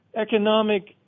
economic